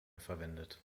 verwendet